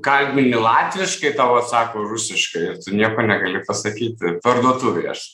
kalbini latviškai tau atsako rusiškai ir tu nieko negali pasakyti parduotuvėj aš